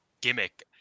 gimmick